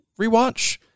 rewatch